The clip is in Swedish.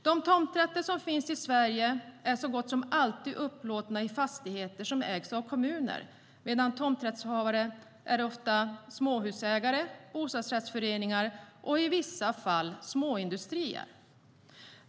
De tomträtter som finns i Sverige är så gott som alltid upplåtna i fastigheter som ägs av kommuner, medan tomträttshavarna ofta är småhusägare, bostadsrättsföreningar och i vissa fall småindustrier.